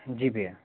जी भैया